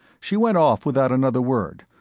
she went off without another word,